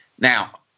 Now